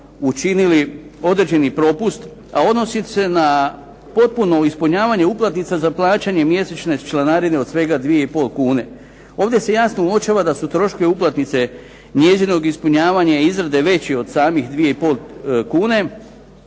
učinili određeni propust, a odnosi se na potpuno ispunjavanje uplatnica za plaćanje mjesečne članarine od svega 2 i pol kune. Ovdje se jasno uočava da su troškovi uplatnice njezinog ispunjavanja i izrade veći od samih dvije